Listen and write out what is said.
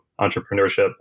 entrepreneurship